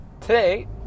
today